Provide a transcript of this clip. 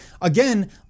Again